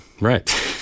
right